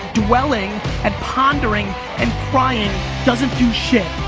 dwelling and pondering and crying doesn't do shit.